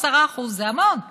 10% זה המון.